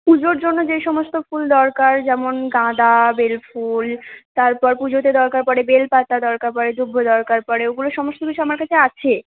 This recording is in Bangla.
পুজোর জন্য যে সমস্ত ফুল দরকার যেমন গাঁদা বেল ফুল তারপর পুজোতে দরকার পড়ে বেল পাতা দরকার পরে দুব্বো দরকার পড়ে ওইগুলো সমস্ত কিছু আমার কাছে আছে